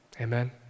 Amen